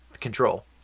control